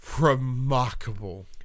remarkable